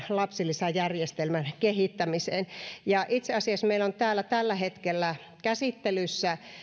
lapsilisäjärjestelmän kehittämiseen kokonaisuudessaan itse asiassa meillä on täällä tällä hetkellä käsittelyssä